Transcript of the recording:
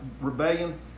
rebellion